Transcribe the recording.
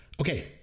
okay